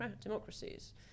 democracies